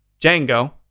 Django